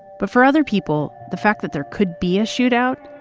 but for other people, the fact that there could be a shootout,